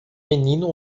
menino